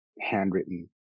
handwritten